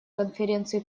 конференции